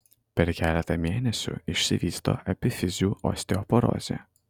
per keletą mėnesių išsivysto epifizių osteoporozė